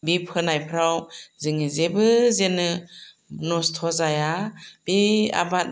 बे फोनायफ्राव जोङो जेबो जेनो नस्थ' जाया बे आबाद